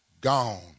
gone